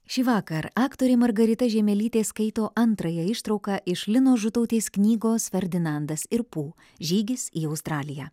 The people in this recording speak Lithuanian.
šįvakar aktorė margarita žiemelytė skaito antrąją ištrauką iš linos žutautės knygos ferdinandas ir pū žygis į australiją